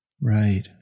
Right